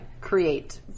create